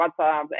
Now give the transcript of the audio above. WhatsApp